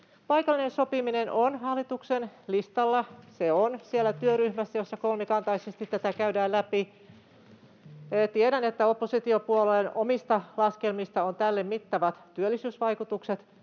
Paikallinen sopiminen on hallituksen listalla, se on siellä työryhmässä, jossa kolmikantaisesti tätä käydään läpi. Tiedän, että oppositiopuolueen omissa laskelmissa on arvioitu tälle mittavat työllisyysvaikutukset,